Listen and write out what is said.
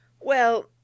Well—